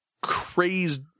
crazed